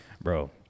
Bro